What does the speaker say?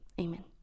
amen